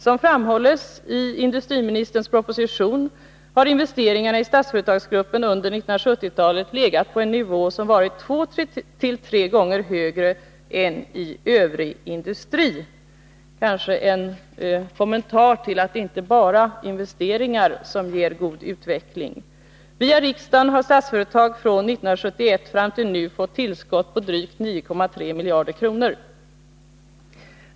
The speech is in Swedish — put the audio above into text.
Som framhålls i industriministerns proposition har investeringarna i Statsföretagsgruppen under 1970-talet legat på en nivå som varit två till tre gånger högre än i övrig industri — kanske en kommentar till att det inte bara är investeringar som ger god utveckling. Via riksdagen har Statsföretag från 1971 och fram till nu fått tillskott på drygt 9,3 miljarder kronor.